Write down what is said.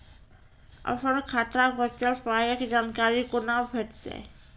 अपन खाताक बचल पायक जानकारी कूना भेटतै?